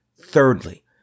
Thirdly